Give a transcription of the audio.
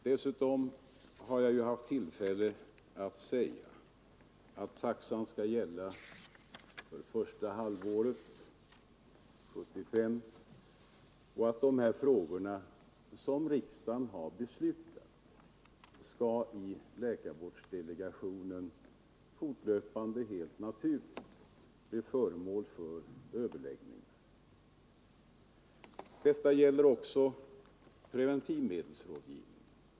Dessutom har jag haft tillfälle att säga att taxan skall gälla för första halvåret 1975 och att dessa frågor fortlöpande skall bli föremål för överläggningar i läkarvårdsdelegationen. Detta gäller också taxorna för preventivmedelsrådgivningen.